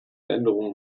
änderungen